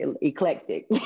eclectic